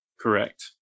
Correct